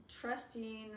trusting